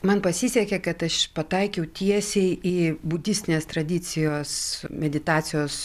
man pasisekė kad aš pataikiau tiesiai į budistinės tradicijos meditacijos